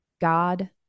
God